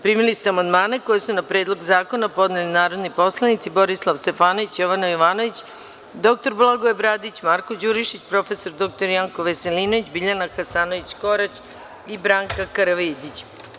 Primili ste amandmane koje su na Predlog zakona podneli narodni poslanici: Borislav Stefanović, Jovana Jovanović, dr Blagoje Bradić, Marko Đurišić, prof. dr Janko Veselinović, Biljana Hasanović Korać i Branka Karavidić.